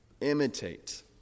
Imitate